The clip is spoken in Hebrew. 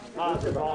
נעולה.